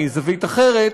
מזווית אחרת,